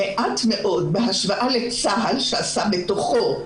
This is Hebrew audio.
זה מעט מאוד בהשוואה לצה"ל שעשה בתוכו,